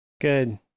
Good